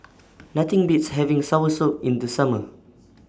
Nothing Beats having Soursop in The Summer